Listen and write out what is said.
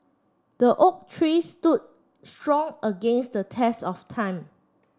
the oak tree stood strong against the test of time